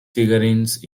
figurines